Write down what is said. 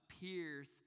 appears